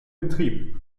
betrieb